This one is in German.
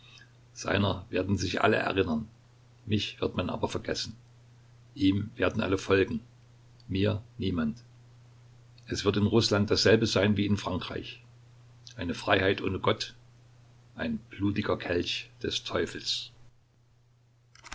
seiner werden sich alle erinnern mich wird man aber vergessen ihm werden alle folgen mir niemand es wird in rußland dasselbe sein wie in frankreich eine freiheit ohne gott ein blutiger kelch des teufels